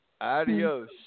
adios